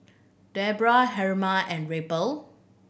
Debra Herma and Raphael